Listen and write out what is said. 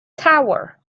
tower